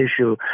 issue